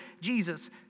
Jesus